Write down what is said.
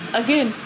again